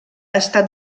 estat